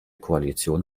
koalition